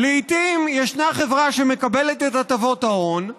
לעיתים יש חברה שמקבלת את הטבות ההון,